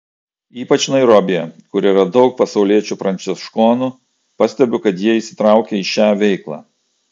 ypač nairobyje kur yra daug pasauliečių pranciškonų pastebiu kad jie įsitraukę į šią veiklą